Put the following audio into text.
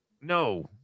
no